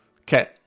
Okay